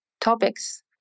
topics